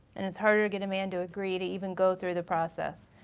and it's harder to get a man to agree to even go through the process.